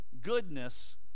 goodness